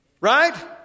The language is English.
Right